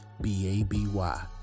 B-A-B-Y